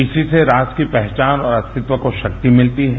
इसी से राष्ट्र की पहचान और अस्तित्व को शक्ति मिलती है